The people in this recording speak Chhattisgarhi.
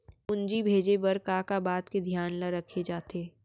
पूंजी भेजे बर का का बात के धियान ल रखे जाथे?